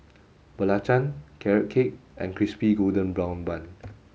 Belacan carrot cake and crispy golden brown bun